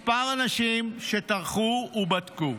מספר אנשים טרחו ובדקו.